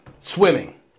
Swimming